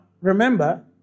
remember